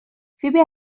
فیبی